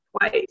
twice